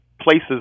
places